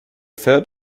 fährt